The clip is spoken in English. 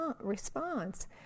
response